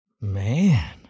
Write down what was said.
Man